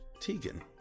Tegan